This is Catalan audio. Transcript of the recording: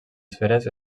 esferes